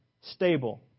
stable